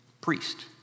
priest